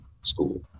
school